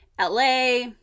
LA